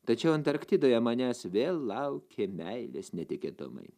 tačiau antarktidoje manęs vėl laukė meilės netikėtumai